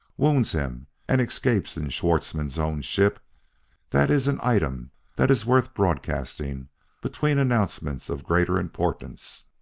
wounds him and escapes in schwartzmann's own ship that is an item that is worth broadcasting between announcements of greater importance.